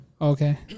Okay